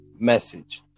message